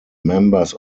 members